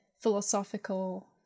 philosophical